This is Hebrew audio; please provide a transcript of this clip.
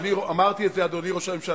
אני אמרתי את זה, אדוני ראש הממשלה,